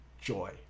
joy